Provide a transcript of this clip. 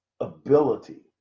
ability